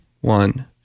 One